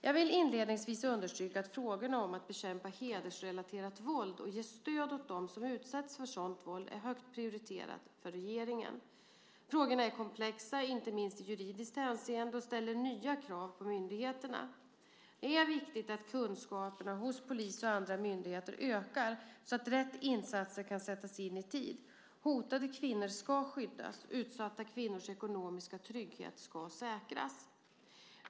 Jag vill inledningsvis understryka att frågorna om att bekämpa hedersrelaterat våld och ge stöd åt dem som utsätts för sådant våld är högt prioriterade för regeringen. Frågorna är komplexa, inte minst i juridiskt hänseende, och ställer nya krav på myndigheterna. Det är viktigt att kunskaperna hos polis och andra myndigheter ökar så att rätt insatser kan sättas in i tid. Hotade kvinnor ska skyddas. Utsatta kvinnors ekonomiska trygghet ska säkras.